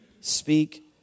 Speak